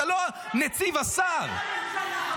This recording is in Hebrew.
אתה מפקח על הממשלה.